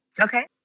Okay